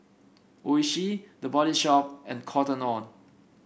Oishi The Body Shop and Cotton On